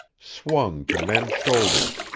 swung to men's shoulders,